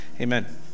Amen